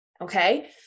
Okay